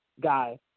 guy